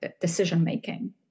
decision-making